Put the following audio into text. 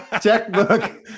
Checkbook